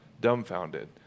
dumbfounded